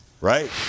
Right